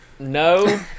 no